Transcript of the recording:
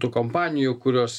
tų kompanijų kurios